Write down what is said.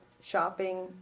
shopping